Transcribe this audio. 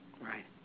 Right